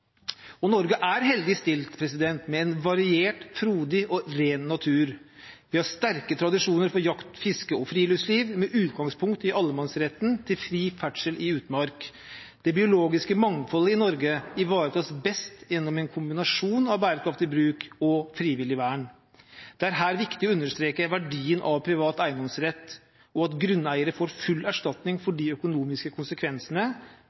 forfedre. Norge er heldig stilt med en variert, frodig og ren natur. Vi har sterke tradisjoner for jakt, fiske og friluftsliv, med utgangspunkt i allemannsretten til fri ferdsel i utmark. Det biologiske mangfoldet i Norge ivaretas best gjennom en kombinasjon av bærekraftig bruk og frivillig vern. Det er her viktig å understreke verdien av privat eiendomsrett og at grunneiere får full erstatning